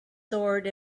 sword